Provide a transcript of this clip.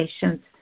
patients